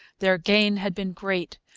their gain had been great.